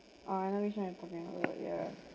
ah I know which [one] you're talking about yeah